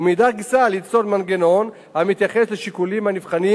ומאידך גיסא ליצור מנגנון המתייחס לשיקולים הנבחנים